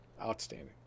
outstanding